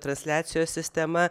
transliacijos sistema